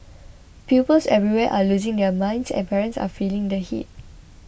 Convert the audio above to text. pupils everywhere are losing their minds and parents are feeling the heat